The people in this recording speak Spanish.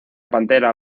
pantera